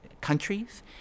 countries